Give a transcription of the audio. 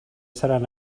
seran